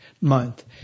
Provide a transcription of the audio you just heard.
month